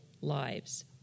lives